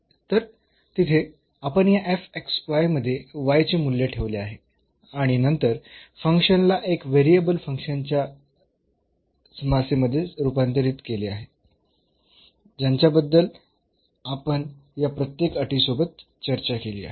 तर तिथे आपण या मध्ये चे मूल्य ठेवले आहे आणि नंतर फंक्शनला एक व्हेरिएबल फंक्शनच्या समासेमध्ये रूपांतरित केले ज्यांच्याबद्दल आपण या प्रत्येक अटीसोबत चर्चा केली आहे